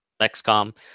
XCOM